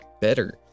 better